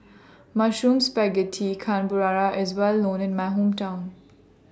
Mushroom Spaghetti Carbonara IS Well known in My Hometown